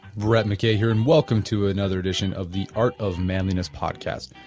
brett mckay here and welcome to another edition of the art of manliness podcast.